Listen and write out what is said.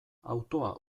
autoa